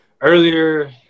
Earlier